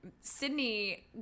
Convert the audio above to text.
Sydney